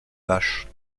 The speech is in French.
vaches